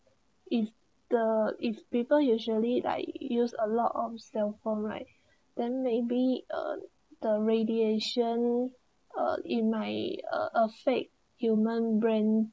in the if people usually I use a lot of them form right then maybe on the radiation uh in my uh of fake human brand